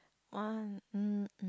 !wah! um um